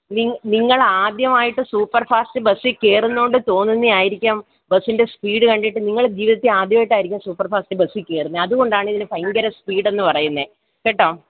നിങ് നിങ്ങളാദ്യമായിട്ട് super fast ബസ്സിൽക്കയറുന്നതു കൊണ്ട് തോന്നുന്നത് ആയിരിക്കാം ബസ്സിന്റെ സ്പീഡ് കണ്ടിട്ട് നിങ്ങൾ ജീവിതത്തിൽ ആദ്യമായിട്ടായിരിക്കും സൂപ്പർ ഫാസ്റ്റ് ബസ്സിൽക്കയറുന്നത് അതുകൊണ്ടാണിതിന് ഭയങ്കര സ്പീഡെന്നു പറയുന്നത് കേട്ടോ